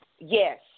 Yes